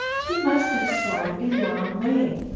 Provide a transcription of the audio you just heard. he must have swum a long way.